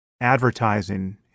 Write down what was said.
advertising